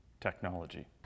technology